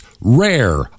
rare